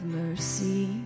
mercy